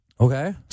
Okay